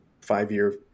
five-year